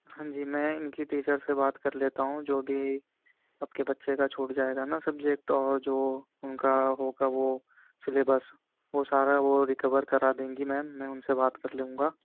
ہاں جی میں ان کی ٹیچر سے بات کر لیتا ہوں جو بھی آپ کے بچے کا چھوٹ جائے گا نا سبجیکٹ اور جو ان کا ہوگا وہ سلیبس وہ سارا وہ ریکور کرا دیں گی میم میں ان سے بات کر لوں گا